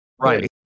Right